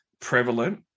prevalent